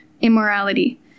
immorality